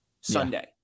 Sunday